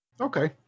Okay